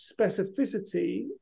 specificity